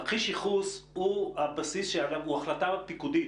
תרחיש ייחוס הוא החלטה פיקודית,